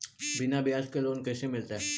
बिना ब्याज के लोन कैसे मिलतै?